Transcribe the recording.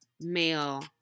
male